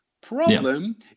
Problem